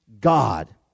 God